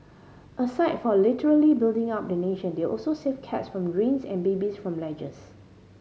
aside from literally building up the nation they also save cats from drains and babies from ledges